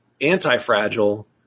anti-fragile